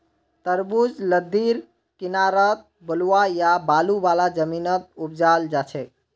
तरबूज लद्दीर किनारअ बलुवा या बालू वाला जमीनत उपजाल जाछेक